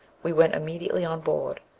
we went immediately on board.